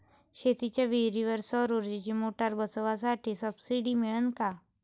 शेतीच्या विहीरीवर सौर ऊर्जेची मोटार बसवासाठी सबसीडी मिळन का?